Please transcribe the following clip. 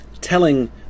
telling